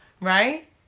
right